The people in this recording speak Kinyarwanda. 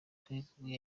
turikumwe